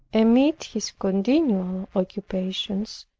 amid his continual occupations,